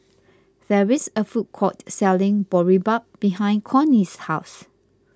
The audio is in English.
there is a food court selling Boribap behind Connie's house